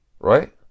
Right